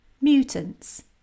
Mutants